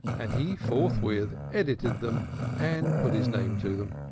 and he forthwith edited them and put his name to them.